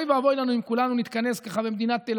אוי ואבוי לנו אם כולנו נתכנס במדינת תל